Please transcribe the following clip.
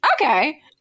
Okay